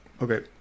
Okay